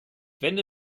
wende